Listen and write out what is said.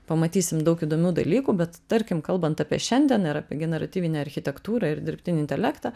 pamatysim daug įdomių dalykų bet tarkim kalbant apie šiandien ir apie generatyvinę architektūrą ir dirbtinį intelektą